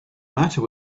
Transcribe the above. matter